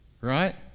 Right